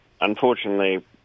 unfortunately